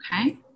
Okay